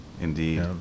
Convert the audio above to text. Indeed